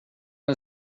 din